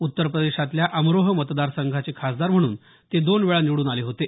उत्तर प्रदेशातल्या अमरोह मतदारसंघाचे खासदार म्हणून ते दोन वेळा निवडून आले होते